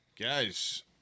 Guys